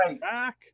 back